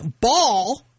ball